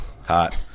Hot